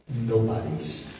Nobody's